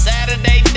Saturday